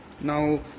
Now